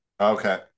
Okay